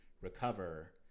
recover